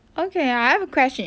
okay I have a question